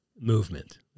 movement